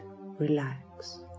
relax